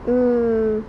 mm